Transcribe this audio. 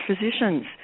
physicians